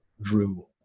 Drew